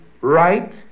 right